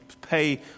pay